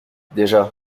déjà